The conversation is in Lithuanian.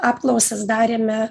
apklausas darėme